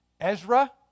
Ezra